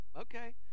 okay